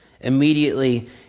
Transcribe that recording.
Immediately